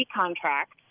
contract